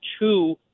two